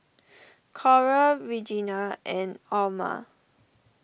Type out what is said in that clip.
Coral Reginal and Orma